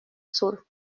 sur